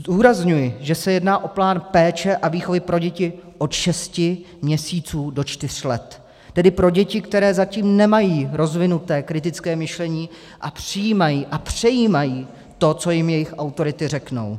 Zdůrazňuji, že se jedná o plán péče a výchovy pro děti od šesti měsíců do čtyř let, tedy pro děti, které zatím nemají rozvinuté kritické myšlení a přijímají a přejímají to, co jim jejich autority řeknou.